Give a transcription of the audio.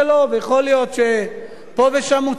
ויכול להיות שפה ושם הוא צודק,